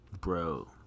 bro